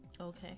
Okay